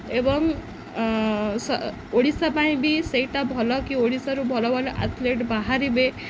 ଏବଂ ଓଡ଼ିଶା ପାଇଁ ବି ସେଇଟା ଭଲକି ଓଡ଼ିଶାରୁ ଭଲ ଭଲ ଆଥେଲେଟ୍ ବାହାରିବେ